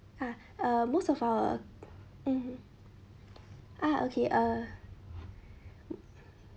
ah uh most of our mm ah okay uh